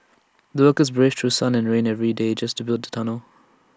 the workers braved through sun and rain every day just to build the tunnel